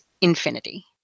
infinity